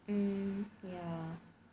mm ya